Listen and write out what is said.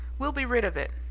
we'll be rid of it.